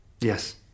Yes